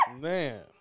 Man